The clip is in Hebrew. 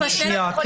משטרה?